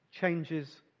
changes